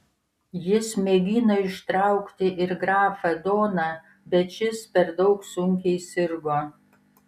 jis mėgino ištraukti ir grafą doną bet šis per daug sunkiai sirgo